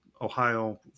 Ohio